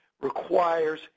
requires